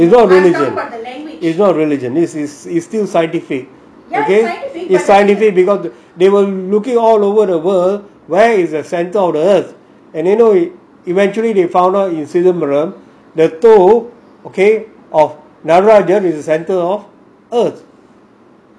is not religion is not religion is still scientific okay is scientific okay because they were looking all over the world where is the centre of the earth and you know eventually they found out Chidambaram is the centre of earth